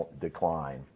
decline